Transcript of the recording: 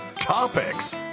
topics